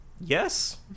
Yes